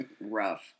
Rough